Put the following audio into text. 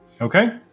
Okay